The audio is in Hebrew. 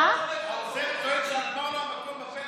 העוזר טוען שנגמר לו המקום בטלפון.